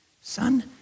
Son